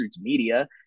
media